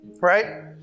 Right